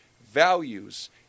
values